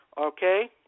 okay